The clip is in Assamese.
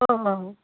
অঁ হয়